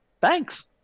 thanks